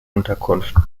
unterkunft